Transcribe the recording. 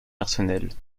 personnels